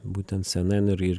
būtent cnn ir